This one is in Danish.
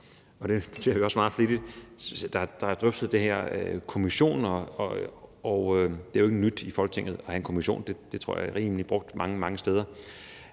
og det noterer vi også meget flittigt, til det her med kommissioner. Det er jo ikke nyt i Folketinget at have en kommission; det tror jeg er rimelig brugt mange, mange steder,